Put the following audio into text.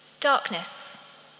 darkness